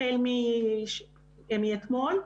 החל מאתמול,